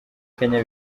kenya